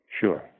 Sure